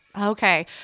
Okay